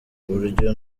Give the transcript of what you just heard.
buryo